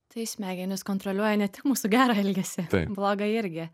tai smegenys kontroliuoja ne tik mūsų gerą elgesį blogą irgi